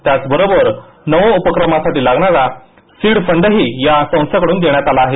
त्याचबरोबर नवोपक्रमासाठी लागणारा सीड फंड ही या संस्थेकडून देण्यात आला आहे